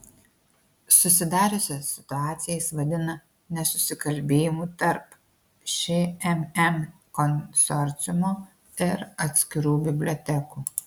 susidariusią situaciją jis vadina nesusikalbėjimu tarp šmm konsorciumo ir atskirų bibliotekų